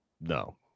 No